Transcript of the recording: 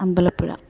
Ambalappuzha